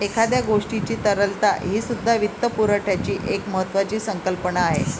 एखाद्या गोष्टीची तरलता हीसुद्धा वित्तपुरवठ्याची एक महत्त्वाची संकल्पना आहे